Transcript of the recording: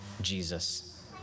Jesus